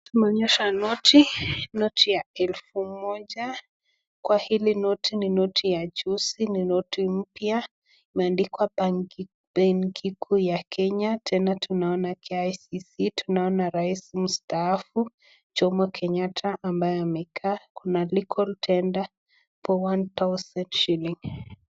Tumeonyeshwa noti, noti ya elfu moja kwa hili noti ni noti ya, hizi ni noti mpya imeandikwa benki kuu ya Kenya. Tena tunaona kicc, tunaona rais mustaafu, Jomo Kenyatta ambaye amekaa, kuna l legal tender for one thousand shillings .